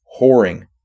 whoring